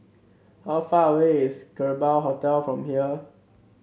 how far away is Kerbau Hotel from here